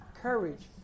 courage